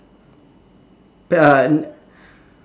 pe~ ah